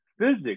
physics